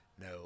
No